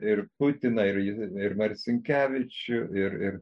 ir putiną ir j ir marcinkevičių ir ir